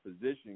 position